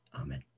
Amen